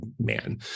man